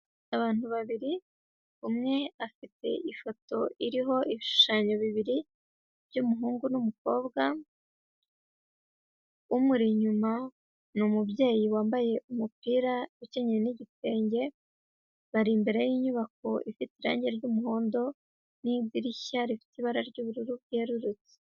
Abantu babiri, umwe afite ifoto iriho ibishushanyo bibiri by'umuhungu n'umukobwa, umuri inyuma ni mubyeyi wambaye umupira ukenyeye n'igitenge, bari imbere y'inyubako ifite irange ry'umuhondo, n'idirishya rifite ibara ry'ubururu ryerurutse.